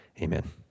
amen